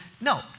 No